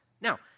Now